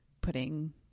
putting